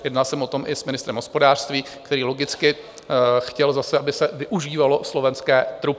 Jednal jsem o tom i s ministrem hospodářství, který logicky chtěl zase, aby se využívaly slovenské trubky.